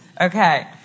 Okay